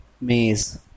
Maze